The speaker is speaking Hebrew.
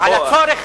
על הצורך.